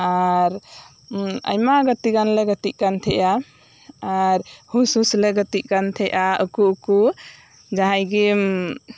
ᱟᱨ ᱟᱭᱢᱟ ᱜᱟᱛᱮ ᱜᱟᱱ ᱞᱮ ᱜᱟᱛᱮᱜ ᱠᱟᱱ ᱛᱟᱦᱮᱸᱜᱼᱟ ᱟᱨ ᱦᱩᱥ ᱦᱩᱥ ᱞᱮ ᱜᱟᱛᱮᱜ ᱠᱟᱱ ᱛᱟᱦᱮᱸᱜᱼᱟ ᱩᱠᱩ ᱩᱠᱩ ᱡᱟᱦᱟᱸᱭ ᱜᱮᱢ